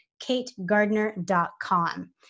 kategardner.com